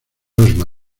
osma